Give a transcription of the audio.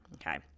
okay